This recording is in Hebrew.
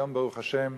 היום, ברוך השם,